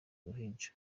uruhinja